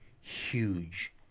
huge